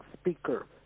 speaker